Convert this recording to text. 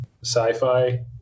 sci-fi